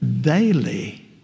daily